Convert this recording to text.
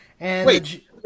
Wait